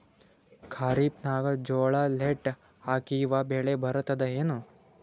ಖರೀಫ್ ನಾಗ ಜೋಳ ಲೇಟ್ ಹಾಕಿವ ಬೆಳೆ ಬರತದ ಏನು?